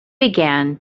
began